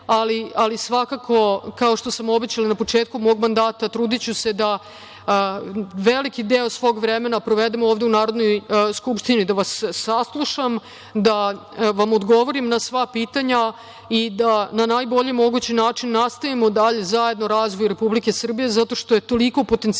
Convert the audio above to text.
ali svakako, kao što sam obećala na početku mog mandata, trudiću se da veliki deo svog vremena provedem ovde u Narodnoj skupštini, da vas saslušam, da vam odgovorim na sva pitanja i da na najbolji mogući način nastavimo dalje zajedno razvoj Republike Srbije zato što je toliko potencijala